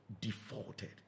defaulted